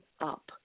up